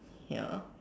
ya